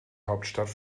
hauptstadt